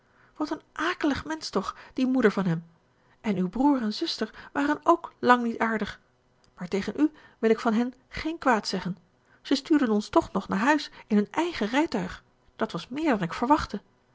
wat een akelig mensch toch die moeder van hem en uw broer en zuster waren ook lang niet aardig maar tegen u wil ik van hen geen kwaad zeggen ze stuurden ons toch nog naar huis in hun eigen rijtuig dat was meer dan ik verwachtte